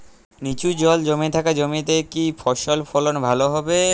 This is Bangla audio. নিচু জল জমে থাকা জমিতে কি ফসল ফলন ভালো হবে?